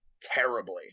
terribly